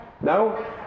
No